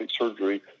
surgery